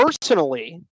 personally